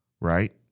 right